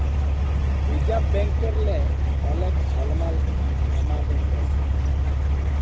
reserve ব্যাংকেরলে অলেক সমমাল আমাদের দ্যাশে